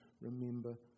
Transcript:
remember